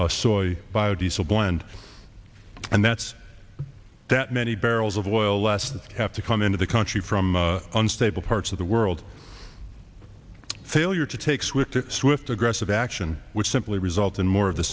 soy biodiesel blend and that's that many barrels of oil less have to come into the country from unstable parts of the world failure to take swift swift aggressive action which simply results in more of the